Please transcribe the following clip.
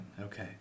okay